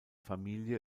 familie